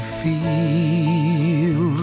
feel